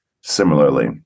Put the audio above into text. similarly